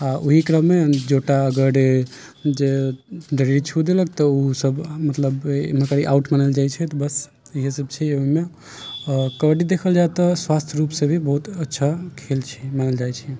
आ ओही क्रममे जे जोटा अगर यदि छू देलक तऽ ओ सब मतलब आउट मानल जाइत छै तऽ बस इहे सब छै ओहिमे आ कबड्डी देखल जाय तऽ स्वास्थ्य रूप से भी बहुत अच्छा खेल छै मानल जाइत छै